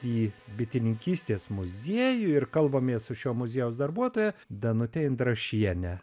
į bitininkystės muziejų ir kalbamės su šio muziejaus darbuotoja danute indrašiene